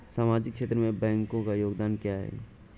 सामाजिक क्षेत्र में बैंकों का योगदान क्या है?